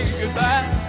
goodbye